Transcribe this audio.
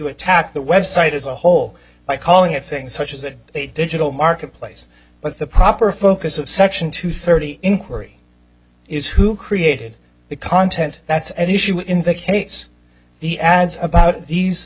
attack the website as a whole by calling it things such as that digital marketplace but the proper focus of section two thirty inquiry is who created the content that's at issue in the case the ads about these